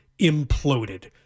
imploded